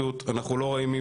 אנחנו לא רואים מהפרקליטות,